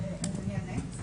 אני אענה.